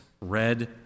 red